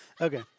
Okay